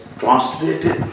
translated